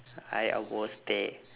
I I was there